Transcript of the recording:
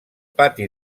pati